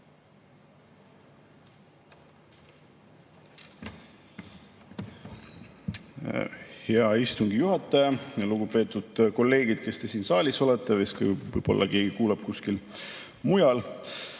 Hea istungi juhataja! Lugupeetud kolleegid, kes te siin saalis olete, võib-olla keegi kuulab ka kuskil mujal!